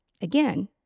Again